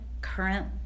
current